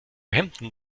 hemden